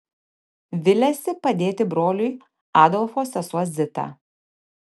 viliasi padėti broliui adolfo sesuo zita